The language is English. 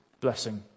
blessing